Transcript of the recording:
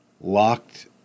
locked